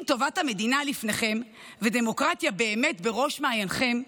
אם טובת המדינה לפניכם ודמוקרטיה באמת בראש מעייניכם,